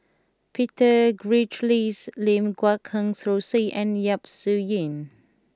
Peter Gilchrist Lim Guat Kheng Rosie and Yap Su Yin